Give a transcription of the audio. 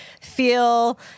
feel